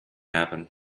happen